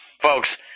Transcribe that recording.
folks